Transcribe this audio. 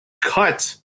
cut